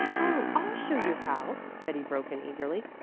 oh i'll show you how, betty broke in eagerly.